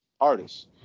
artists